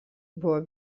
buvo